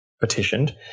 petitioned